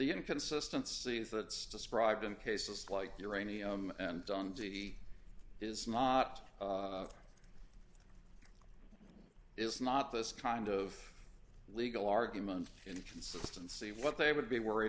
inconsistency that's described in cases like uranium and on t v is not it is not this kind of legal argument inconsistency what they would be worried